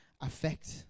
affect